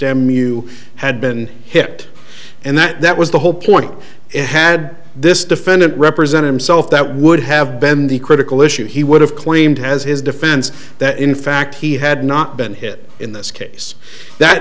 you had been hit and that that was the whole point it had this defendant represent himself that would have been the critical issue he would have claimed has his defense that in fact he had not been hit in this case that